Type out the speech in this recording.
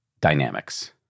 dynamics